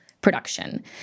production